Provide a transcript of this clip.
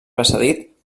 precedit